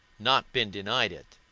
not been denied it.